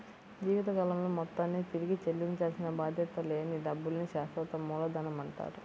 జీవితకాలంలో మొత్తాన్ని తిరిగి చెల్లించాల్సిన బాధ్యత లేని డబ్బుల్ని శాశ్వత మూలధనమంటారు